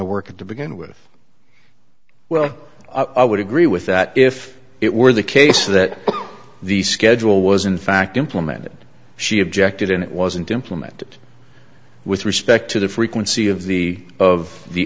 of work to begin with well i would agree with that if it were the case that the schedule was in fact implemented she objected and it wasn't implemented with respect to the frequency of the of the